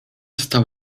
stał